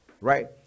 right